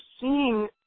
seeing